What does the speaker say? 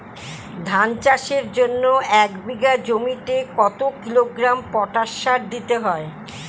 ধান চাষের জন্য এক বিঘা জমিতে কতো কিলোগ্রাম পটাশ সার দিতে হয়?